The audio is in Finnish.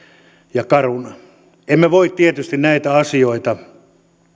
ja caruna emme voi tietysti näitä asioita